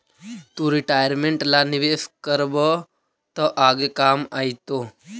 तु रिटायरमेंट ला निवेश करबअ त आगे काम आएतो